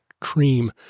cream